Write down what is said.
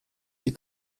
die